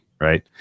right